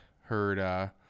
Heard